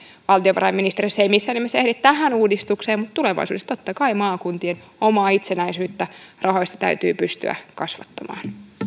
valtiovarainministeriössä se ei missään nimessä ehdi tähän uudistukseen mutta tulevaisuudessa totta kai maakuntien omaa itsenäisyyttä rahoissa täytyy pystyä kasvattamaan